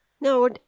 No